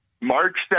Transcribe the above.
March